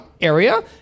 area